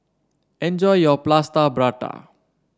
enjoy your Plaster Prata